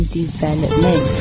development